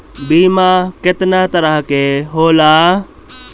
बीमा केतना तरह के होला?